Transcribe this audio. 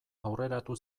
aurreratu